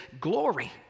glory